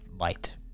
light